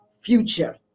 future